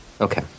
Okay